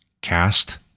cast